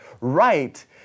right